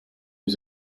was